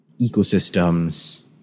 ecosystems